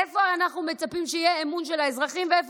איך אנחנו מצפים שיהיה אמון של האזרחים ואיך